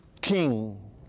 king